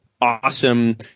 awesome